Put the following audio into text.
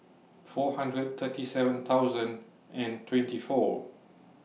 four hundred thirty seven thousand and twenty four